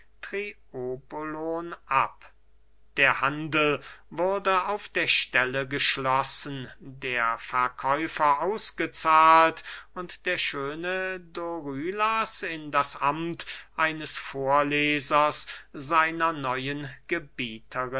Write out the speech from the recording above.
ab der handel wurde auf der stelle geschlossen der verkäufer ausgezahlt und der schöne dorylas in das amt eines vorlesers seiner neuen